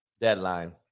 deadline